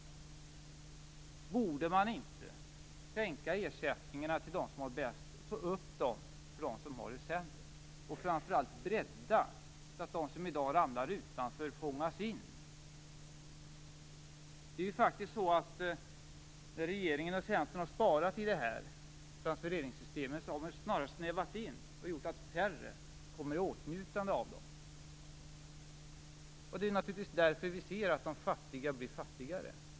Borde man inte sänka ersättningarna till dem som har det bäst, höja dem för dem som har det sämre och framför allt bredda så att de som i dag ramlar utanför fångas in? När regeringen och Centern har sparat i transfereringssystemen har de snarast snävat in och gjort att färre kommer i åtnjutande av dem. Det är naturligtvis därför vi ser att de fattiga blir fattigare.